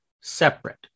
separate